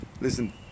listen